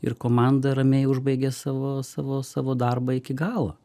ir komanda ramiai užbaigė savo savo savo darbą iki galo